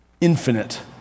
infinite